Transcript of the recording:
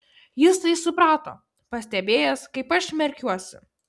jis tai suprato pastebėjęs kaip aš merkiuosi